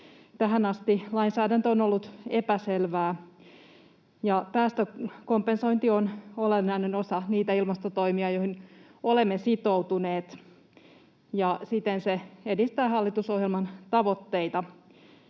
Tähän asti lainsäädäntö on ollut epäselvää. Päästökompensointi on olennainen osa niitä ilmastotoimia, joihin olemme sitoutuneet, ja siten se edistää hallitusohjelman tavoitteita.